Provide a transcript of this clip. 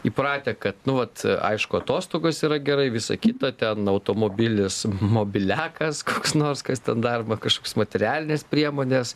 įpratę kad nu vat aišku atostogos yra gerai visa kita ten automobilis mobiliakas koks nors kas ten dar va kažkokios materialinės priemonės